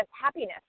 happiness